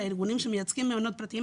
מפנייה לארגונים שמייצגים מעונות פרטיים,